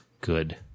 good